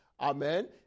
Amen